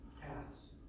paths